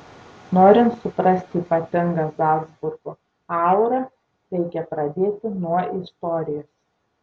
norint suprasti ypatingą zalcburgo aurą reikia pradėti nuo istorijos